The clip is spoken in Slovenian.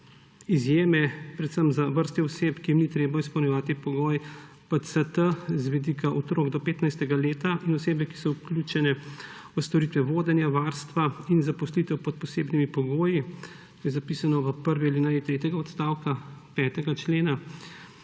izjeme predvsem za vrsto oseb, ki jim ni treba izpolnjevati pogoja PCT, z vidika otrok do 15. leta, osebe, ki so vključene v storitve vodenja, varstva in zaposlitev pod posebnimi pogoji, je zapisano v prvi alineji tretjega odstavka 5. člena,